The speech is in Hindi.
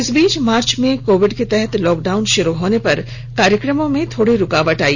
इस बीच मार्च में कोविड के तहत लॉकडाउन शुरू होने पर इन कार्यक्रमों में थोडी सी रूकावट आई